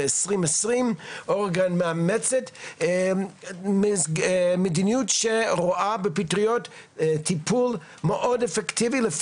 בשנת 2020 אורגון מאמצת מדיניות שרואה בפטריות טיפול מאוד אפקטיבי.